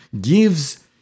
gives